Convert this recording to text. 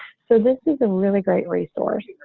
so this is a really great resource.